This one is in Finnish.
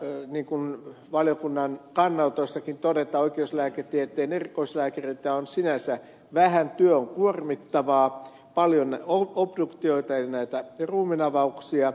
niin kuin valiokunnan kannanotossakin todetaan oikeuslääketieteen erikoislääkäreitä on sinänsä vähän työ on kuormittavaa on paljon obduktioita eli näitä ruumiinavauksia